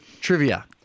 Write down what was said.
trivia